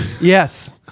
Yes